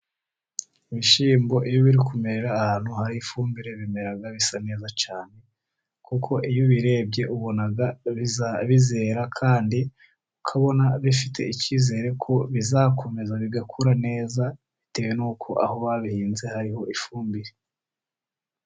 Ibishyimbo iyo biri kumerera ahantu hari ifumbire, bimera bisa neza cyane, kuko iyo ubirebye ubona bizera, kandi ukabona bifite icyizere ko bizakomeza bigakura neza, bitewe n'uko aho babihinze hariho ifumbire.